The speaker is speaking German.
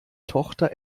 tochter